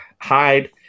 hide